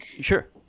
Sure